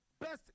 best